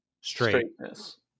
straightness